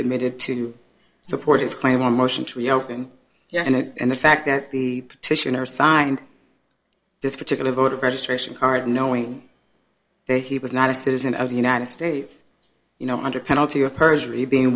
submitted to support his claim or motion to reopen here and the fact that the petitioner signed this particular voter registration card knowing that he was not a citizen of the united states you know under penalty of perjury being